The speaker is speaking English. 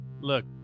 Look